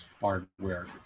hardware